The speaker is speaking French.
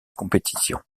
compétition